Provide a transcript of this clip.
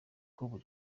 kuko